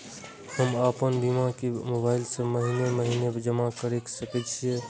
हम आपन बीमा के मोबाईल से महीने महीने जमा कर सके छिये?